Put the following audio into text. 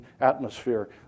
atmosphere